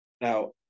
Now